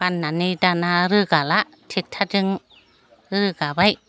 बाननानै दाना रोगाला ट्रेक्टारजों रोगाबाय